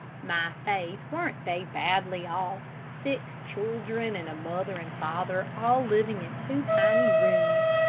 my faith, weren't they badly off six children, and a mother and father, all living in two tiny rooms.